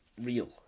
real